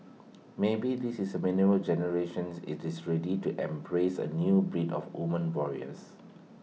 maybe this is millennial generations IT is ready to embrace A new breed of women warriors